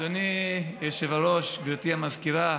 אדוני היושב-ראש, גברתי המזכירה,